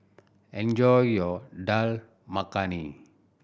enjoy your Dal Makhani